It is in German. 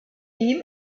ihm